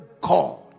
God